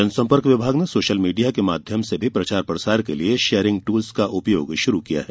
जनसम्पर्क विभाग ने सोशल मिडिया के माध्यम से भी प्रचार प्रसार के लिये शेयररिंग दूल्स का उपयोग शुरू किया है